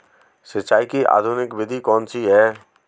सिंचाई की आधुनिक विधि कौनसी हैं?